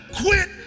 quit